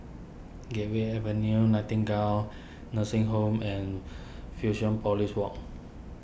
Gateway Avenue Nightingale Nursing Home and Fusionopolis Walk